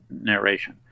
narration